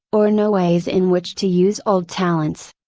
or new ways in which to use old talents.